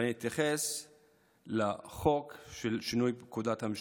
ואני אתייחס לחוק של שינוי פקודת המשטרה.